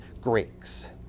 Greeks